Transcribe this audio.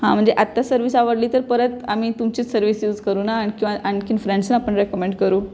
हां म्हणजे आता सर्विस आवडली तर परत आम्ही तुमचीच सर्विस यूज करू ना आणि किंवा आणखीन फ्रेंड्सना पण रेकमेंड करू